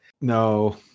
No